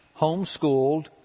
homeschooled